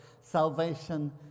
Salvation